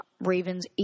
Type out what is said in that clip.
Ravens